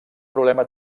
problema